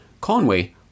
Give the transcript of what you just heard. Conway